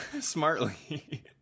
smartly